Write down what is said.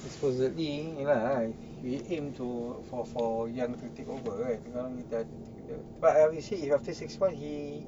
supposedly you know lah we aim to for for yang to take over kan sekarang kita ada but I will see if after six months he